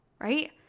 right